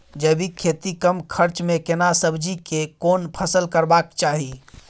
जैविक खेती कम खर्च में केना सब्जी के कोन फसल करबाक चाही?